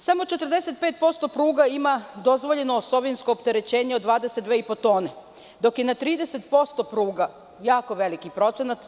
Samo 45% pruga ima dozvoljeno osovinsko opterećenje od 22,5 tone, dok je na 30% pruga jako veliki procenat.